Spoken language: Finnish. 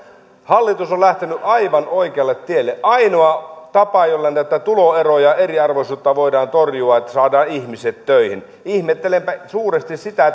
hallitus on lähtenyt aivan oikealle tielle ainoa tapa jolla näitä tuloeroja ja eriarvoisuutta voidaan torjua on se että saadaan ihmiset töihin ihmettelenpä suuresti sitä